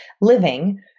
living